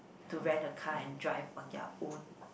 to rent a car and drive on their own